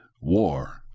war